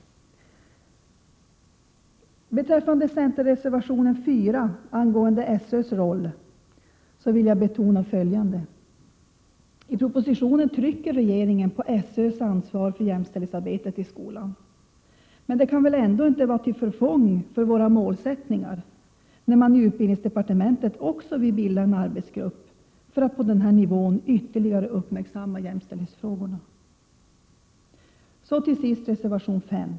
Beträffande centerreservationen 4, angående SÖ:s roll i jämställdhetsarbetet, vill jag betona följande. I propositionen understryker regeringen SÖ:s ansvar för jämställdhetsarbetet i skolan. Men det kan väl ändå inte vara till förfång för våra målsättningar, när man i utbildningsdepartementet också vill bilda en arbetsgrupp för att på denna nivå ytterligare uppmärksamma jämställdhetsfrågorna? Så till sist till reservation 5.